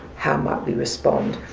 how might we respond?